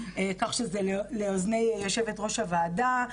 כך שזה לאוזני יושבת-ראש הוועדה.